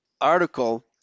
article